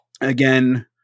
again